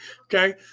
Okay